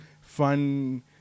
fun